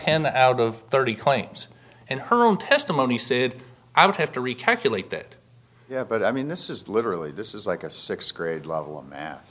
ten out of thirty claims and her own testimony said i would have to recalculate that but i mean this is literally this is like a sixth grade level